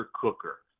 cooker